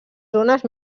zones